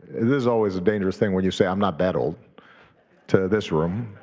is always a dangerous thing when you say i'm not that old to this room,